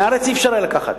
מהארץ אי-אפשר לקחת.